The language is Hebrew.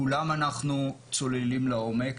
כולם אנחנו צוללים לעומק.